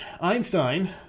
Einstein